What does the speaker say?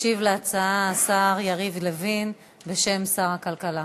ישיב על ההצעה השר יריב לוין בשם שר הכלכלה.